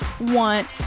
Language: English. want